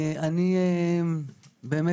אני באמת,